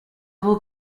will